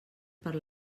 per